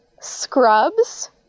scrubs